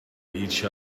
each